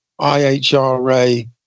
IHRA